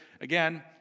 again